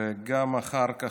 וגם אחר כך,